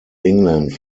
england